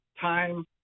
Time